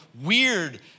weird